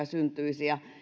syntyisi